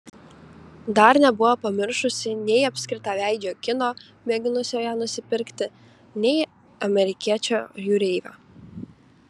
dar nebuvo pamiršusi nei apskritaveidžio kino mėginusio ją nusipirkti nei amerikiečio jūreivio